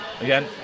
again